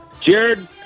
Jared